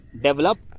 develop